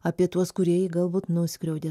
apie tuos kurie jį galbūt nuskriaudė